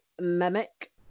mimic